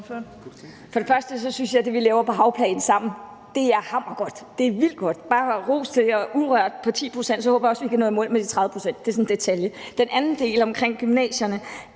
For det første synes jeg, at det, vi laver på havplan sammen, er hammergodt – det er vildt godt; ros til det med 10 pct. urørt hav, og så håber jeg også, at vi kan nå i mål med de 30 pct. Det er sådan en detalje. For det andet vil jeg sige